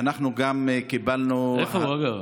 אנחנו קיבלנו, איפה הוא, אגב?